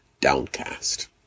downcast